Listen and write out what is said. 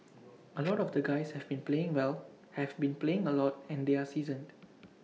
A lot of the guys have been playing well have been playing A lot and they're seasoned